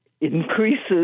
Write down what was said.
increases